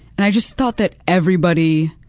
and i just thought that everybody,